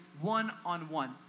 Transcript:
one-on-one